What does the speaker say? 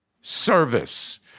service